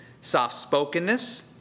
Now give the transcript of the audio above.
soft-spokenness